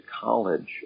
college